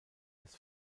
des